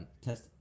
test